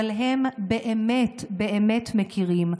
אבל הם באמת באמת מכירים,